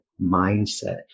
mindset